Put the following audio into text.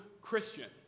Christian